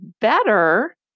better